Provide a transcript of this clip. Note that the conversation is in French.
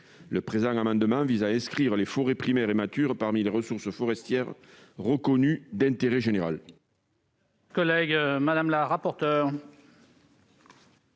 Le présent amendement vise à inscrire les forêts primaires et matures parmi les ressources forestières reconnues d'intérêt général.